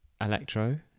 electro